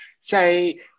say